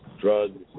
drugs